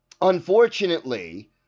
unfortunately